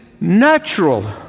natural